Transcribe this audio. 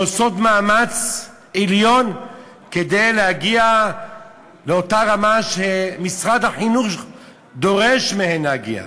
ועושות מאמץ עליון כדי להגיע לאותה רמה שמשרד החינוך דורש מהן להגיע,